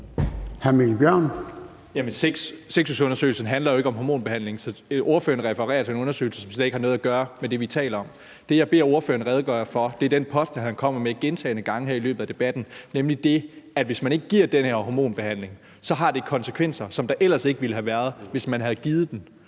Jamen SEXUSundersøgelsen handler jo ikke om hormonbehandling. Så ordføreren refererer til en undersøgelse, som slet ikke har noget at gøre med det, vi taler om. Det, jeg beder ordføreren redegøre for, er den påstand, han kommer med gentagne gange her i løbet af debatten, nemlig det, at hvis man ikke giver den her hormonbehandling, har det konsekvenser, som der ellers ikke ville have været, hvis man havde givet den.